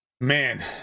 Man